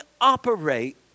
operate